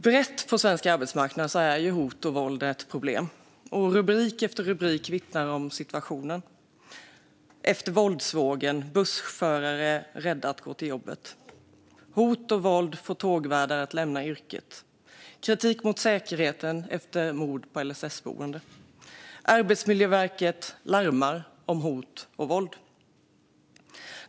Brett på svensk arbetsmarknad är hot och våld ett problem. Rubrik efter rubrik vittnar om situationen: "Efter våldsvågen: Bussförare rädda att gå till jobbet", "Hot och våld får tågvärdar att lämna yrket", "Kritik mot säkerheten efter mord på LSS-boende" och "Arbetsmiljöverket larmar om hot och våld".